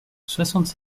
soixante